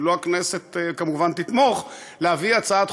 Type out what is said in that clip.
והכנסת כמובן תתמוך,